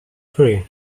three